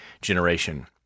generation